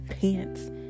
pants